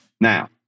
Now